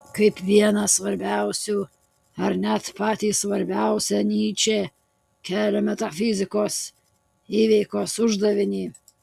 kaip vieną svarbiausių ar net patį svarbiausią nyčė kelia metafizikos įveikos uždavinį